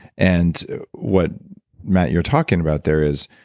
and what matt you're talking about there is,